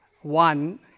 one